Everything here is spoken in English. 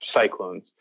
cyclones